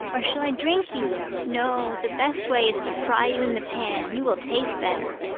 or shall i drink you? no, the best way is to fry you in the pan. you will taste better.